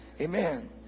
Amen